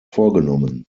vorgenommen